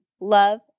love